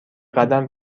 قدم